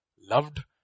loved